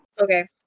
Okay